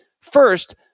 First